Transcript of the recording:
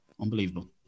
Unbelievable